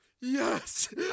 Yes